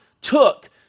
took